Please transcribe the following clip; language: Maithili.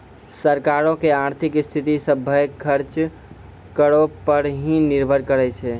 सरकारो के आर्थिक स्थिति, सभ्भे खर्च करो पे ही निर्भर करै छै